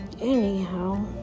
anyhow